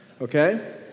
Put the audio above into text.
okay